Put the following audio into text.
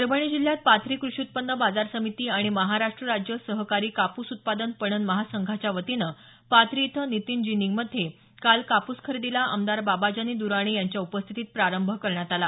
परभणी जिल्ह्यात पाथरी कृषी उत्पन्न बाजार समिती आणि महाराष्ट्र राज्य सहकारी कापूस उत्पादक पणन महासंघाच्या वतीनं पाथरी इथं नितीन जिनिंग मध्ये काल कापूस खरेदीला आमदार बाबाजानी दुर्रानी यांच्या उपस्थितीत प्रारंभ करण्यात आला